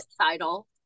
title